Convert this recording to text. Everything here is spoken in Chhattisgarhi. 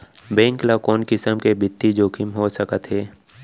बेंक ल कोन किसम के बित्तीय जोखिम हो सकत हे?